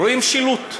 רואים שילוט.